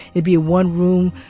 it'd be a one-room,